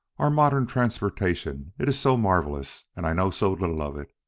our modern transportation it is so marvelous, and i know so little of it.